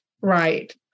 right